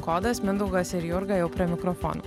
kodas mindaugas ir jurga jau prie mikrofonų